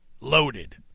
loaded